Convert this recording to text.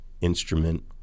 instrument